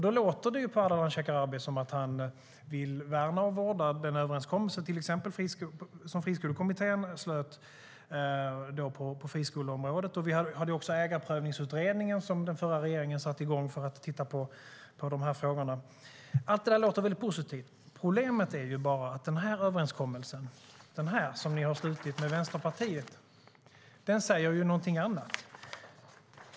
Då låter det på Ardalan Shekarabi som att han vill värna och vårda den överenskommelse som Friskolekommittén slöt på friskoleområdet. Vi hade också Ägarprövningsutredningen, som den förra regeringen satte i gång för att titta på dessa frågor. Allt det där låter väldigt positivt. Problemet är bara att den överenskommelse som ni har slutit med Vänsterpartiet säger någonting annat.